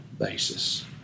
basis